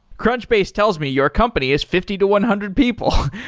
crunchbase tells me your company is fifty to one hundred people.